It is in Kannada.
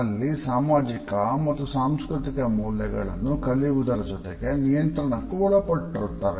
ಅಲ್ಲಿ ಸಾಮಾಜಿಕ ಮತ್ತು ಸಾಂಸ್ಕೃತಿಕ ಮೌಲ್ಯಗಳನ್ನು ಕಲಿಯುವುದರ ಜೊತೆಗೆ ನಿಯಂತ್ರಣಕ್ಕೂ ಒಳಪಟ್ಟಿರುತ್ತವೆ